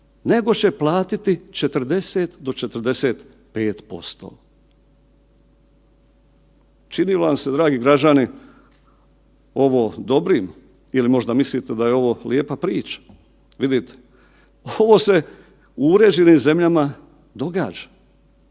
nego će platiti 40 do 45%. Čini li vam se dragi građani ovo dobrim ili možda mislite da je ovo lijepa priča? Vidite, ovo se u uređenim zemljama događa.